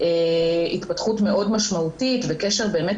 התפתחות מאוד משמעותית וקשר עם באמת